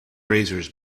razors